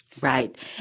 Right